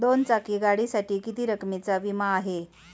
दोन चाकी गाडीसाठी किती रकमेचा विमा आहे?